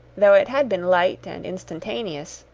though it had been light and instantaneous,